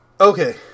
Okay